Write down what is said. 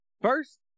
First